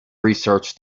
research